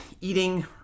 eating